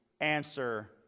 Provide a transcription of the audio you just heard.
answer